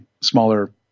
smaller